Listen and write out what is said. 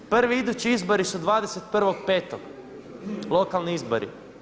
Prvi idući izbori su 21.5. lokalni izbori.